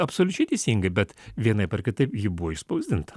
absoliučiai teisingai bet vienaip ar kitaip ji buvo išspausdinta